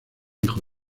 hijo